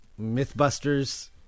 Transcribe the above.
Mythbusters